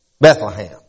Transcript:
Bethlehem